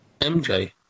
MJ